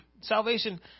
salvation